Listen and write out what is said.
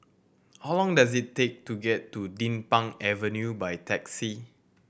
how long does it take to get to Din Pang Avenue by taxi